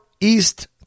East